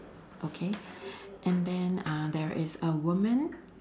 okay and then uh there is a woman